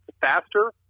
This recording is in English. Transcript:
faster